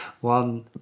one